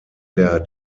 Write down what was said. der